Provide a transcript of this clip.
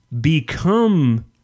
become